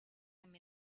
him